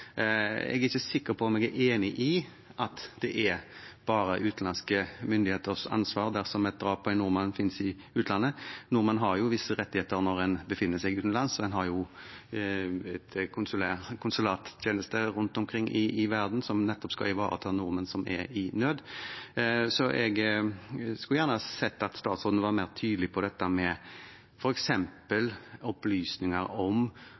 Jeg er ikke sikker på om jeg er enig i at det bare er utenlandske myndigheters ansvar dersom et drap av en nordmann finner sted i utlandet. Nordmenn har visse rettigheter når man befinner seg utenlands, og vi har konsulattjenester rundt omkring i verden som nettopp skal ivareta nordmenn som er i nød. Jeg skulle gjerne sett at statsråden var mer tydelig på dette med f.eks. opplysninger om